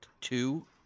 two